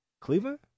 Cleveland